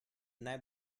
naj